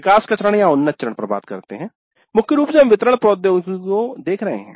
विकास का चरण या उन्नत चरण पर बात करते है मुख्य रूप से हम वितरण प्रौद्योगिकियों को देख रहे हैं